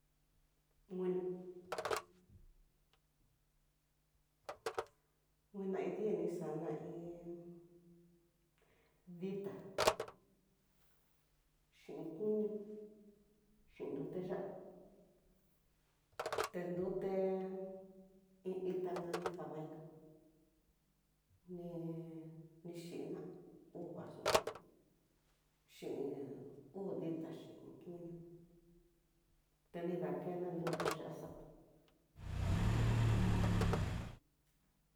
Nguina, nguina iin di ni xana iin, dita xhin koño, xhin nrute ya'á ta ndute iin itá nani jamaica ni nixhina uu vaso xhin uu dita xhin koño ta ni ndakena nrute ya'á xatu ujun.